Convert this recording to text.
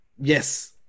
Yes